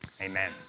Amen